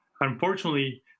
Unfortunately